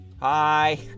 Hi